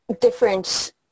different